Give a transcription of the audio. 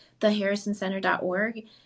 theharrisoncenter.org